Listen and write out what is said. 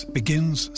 begins